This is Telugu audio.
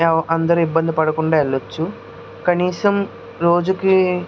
అందరు ఇబ్బంది పడకుండా వెళ్ళవచ్చు కనీసం రోజుకి